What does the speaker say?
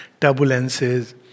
turbulences